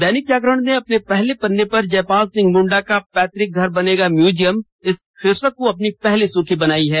दैनिक जागरण ने अपने पहले पन्ने पर जयपाल सिंह मुंडा का पैतृक घर बनेगा म्यूजियम इस शीर्षक को अपनी पहली सुर्खी बनायी है